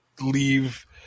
leave